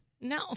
No